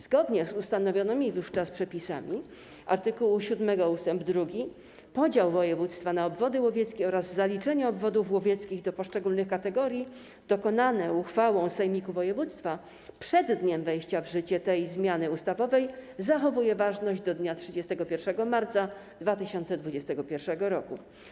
Zgodnie z ustanowionymi wówczas przepisami art. 7 ust. 2 podział województwa na obwody łowieckie oraz zaliczenie obwodów łowieckich do poszczególnych kategorii dokonane uchwałą sejmiku województwa przed dniem wejścia w życie tej zmiany ustawowej zachowuje ważność do dnia 31 marca 2021 r.